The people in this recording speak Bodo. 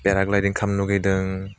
फेराग्लाइदिं खालामनो लुगैदों